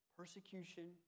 persecution